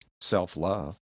self-love